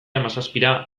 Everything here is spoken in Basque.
hamazazpira